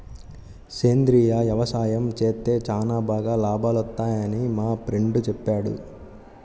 సేంద్రియ యవసాయం చేత్తే చానా బాగా లాభాలొత్తన్నయ్యని మా ఫ్రెండు చెప్పాడు